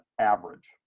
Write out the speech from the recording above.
average